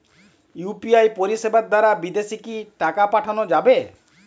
UPI পরিষেবা দারা বিদেশে কি টাকা পাঠানো যাবে?